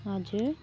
हजुर